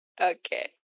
Okay